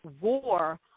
war